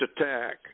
attack